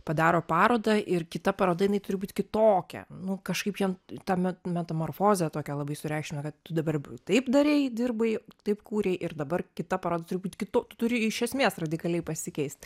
padaro parodą ir kita paroda jinai turi būt kitokia nu kažkaip jiem tą met metamorfozę tokią labai sureikšmina kad tu dabar taip darei dirbai taip kūrei ir dabar kita paroda turi būt kito tu turi iš esmės radikaliai pasikeist